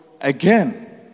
again